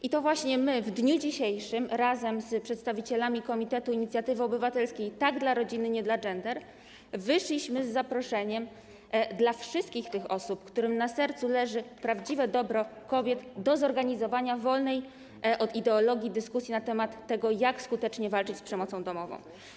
I to właśnie my w dniu dzisiejszym razem z przedstawicielami Komitetu Inicjatywy Obywatelskiej „Tak dla rodziny, nie dla gender” wyszliśmy z zaproszeniem dla wszystkich tych osób, którym na sercu leży prawdziwe dobro kobiet, do zorganizowania wolnej od ideologii dyskusji na temat tego, jak skutecznie walczyć z przemocą domową.